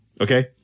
Okay